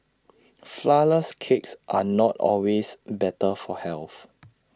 Flourless Cakes are not always better for health